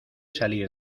salir